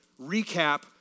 recap